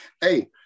Hey